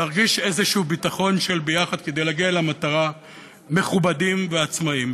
להרגיש איזה ביטחון של ביחד כדי להגיע אל המטרה מכובדים ועצמאיים.